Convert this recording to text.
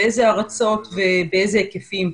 באיזה ארצות ובאיזה היקפים.